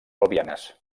pelvianes